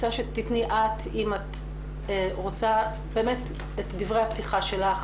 אם את רוצה, תתני את דברי הפתיחה שלך.